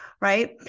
right